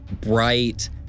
bright